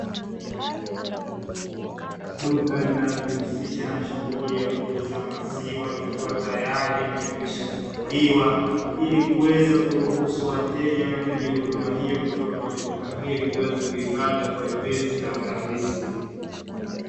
Duka linalojihusisha na shughuli ya kuuza maziwa likiwa tayari limekwisha funguliwa, ili kuweza kuruhusu wateja wanaohitaji huduma hiyo kutoka kwenye duka hili, kuweza kuipata kwa wepesi na urahisi.